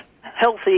healthy